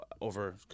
over